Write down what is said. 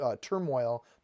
turmoil